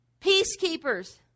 Peacekeepers